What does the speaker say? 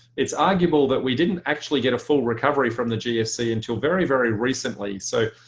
it's arguable that we didn't actually get a full recovery from the gfc until very very recently. so